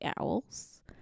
owls